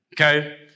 Okay